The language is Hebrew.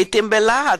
לעתים בלהט,